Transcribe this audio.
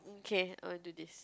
K I want do this